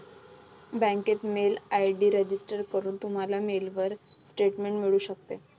बँकेत mail ID register करून, तुम्हाला मेलवर स्टेटमेंट मिळू शकते